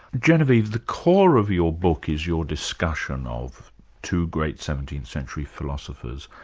genevieve, the core of your book is your discussion of two great seventeenth century philosophers,